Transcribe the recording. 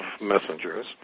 Messengers